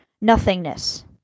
Nothingness